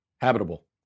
habitable